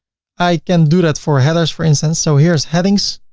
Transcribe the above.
i can do that for headers for instance. so here's headings.